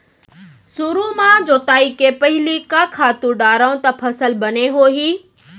सुरु म जोताई के पहिली का खातू डारव त फसल बने होही?